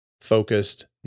focused